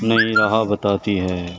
نئی راہ بتاتی ہے